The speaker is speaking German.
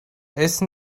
essen